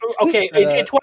Okay